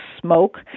smoke